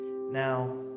Now